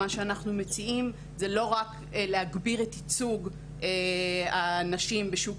מה שאנחנו מציעים זה לא רק להגביר את ייצוג הנשים בשוק